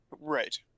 Right